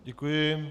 Děkuji.